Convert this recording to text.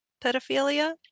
pedophilia